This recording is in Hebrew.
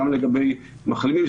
גם לגבי מחלימים,